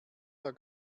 der